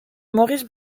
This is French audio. maurice